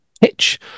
pitch